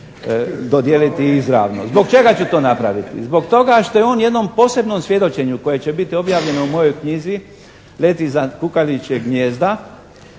dodijeliti izravno. Zbog čega ću to napraviti? Zbog toga što je on u jednom posebnom svjedočenju koje će biti objavljeno u mojoj knjizi "Let iznad kukavičjeg gnijezda"